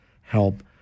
help